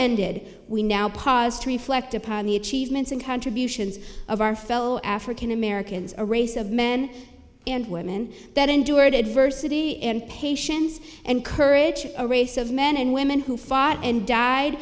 ended we now pause to reflect upon the achievements and contributions of our fellow african americans a race of men and women that endured adversity and patients and courage a race of men and women who fought and died